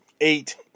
eight